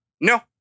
No